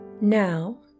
Now